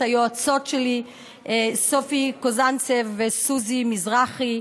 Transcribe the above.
את היועצות שלי סופי קובזנצב וסוזי מזרחי,